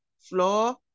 floor